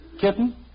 Kitten